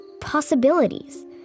possibilities